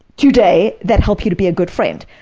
today that help you to be a good friend?